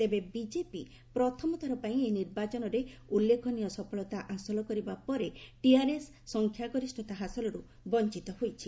ତେବେ ବିକେପି ପ୍ରଥମ ଥରପାଇଁ ଏହି ନିର୍ବାଚନରେ ଉଲ୍ଲେଖନୀୟ ସଫଳତା ହାସଲ କରିବା ପରେ ଟିଆର୍ଏସ୍ ସଂଖ୍ୟାଗରିଷ୍ଠତା ହାସଲରୁ ବଞ୍ଚିତ ହୋଇଛି